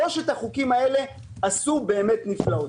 שלושת החוקים האלה עשו באמת נפלאות.